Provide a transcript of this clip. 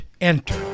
Enter